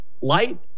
light